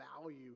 value